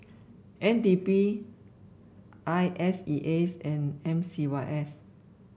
N D P I S E A S and M C Y S